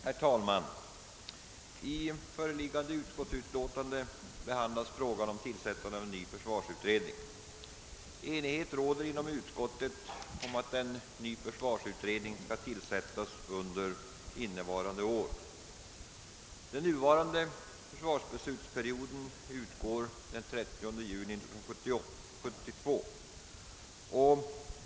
Herr talman! I statsutskottets förelig gande utlåtande behandlas frågan om tillsättandet av en ny försvarsutredning. Enighet råder inom utskottet om att en ny försvarsutredning skall tillsättas under innevarande år. Den nuvarande försvarsbeslutsperioden utgår den 30 juni 1972.